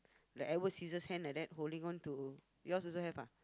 the Edward-Scissorshand like that holding on to yours also have ah